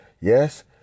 yes